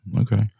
okay